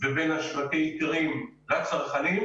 ובין שוקי האיכרים לצרכנים,